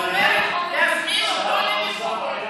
אני אומרת: תזמינו אותו לביקור.